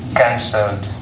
cancelled